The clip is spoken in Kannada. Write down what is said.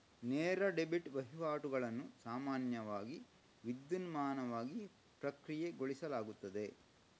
ನೇರ ಡೆಬಿಟ್ ವಹಿವಾಟುಗಳನ್ನು ಸಾಮಾನ್ಯವಾಗಿ ವಿದ್ಯುನ್ಮಾನವಾಗಿ ಪ್ರಕ್ರಿಯೆಗೊಳಿಸಲಾಗುತ್ತದೆ